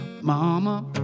Mama